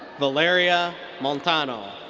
valeria montano.